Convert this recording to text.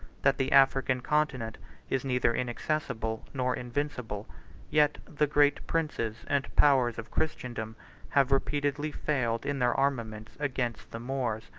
that the african continent is neither inaccessible nor invincible yet the great princes and powers of christendom have repeatedly failed in their armaments against the moors,